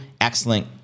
Excellent